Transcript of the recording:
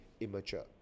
immature